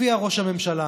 הופיע ראש הממשלה